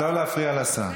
לא להפריע לשר.